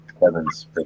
Kevin's